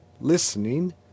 Listening